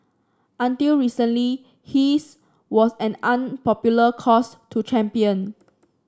until recently his was an unpopular cause to champion